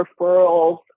referrals